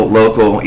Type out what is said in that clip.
local